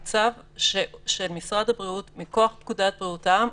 זה צו של משרד הבריאות מכוח פקודת בריאות העם.